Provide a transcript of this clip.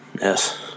Yes